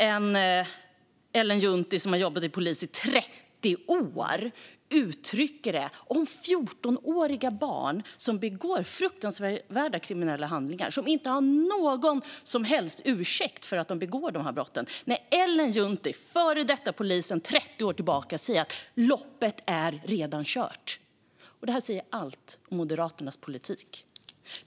Ellen Juntti har jobbat som polis i 30 år och säger om 14-åriga barn som begår fruktansvärda kriminella handlingar att det inte finns någon ursäkt och att loppet redan är kört. Detta säger allt om Moderaternas politik.